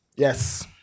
Yes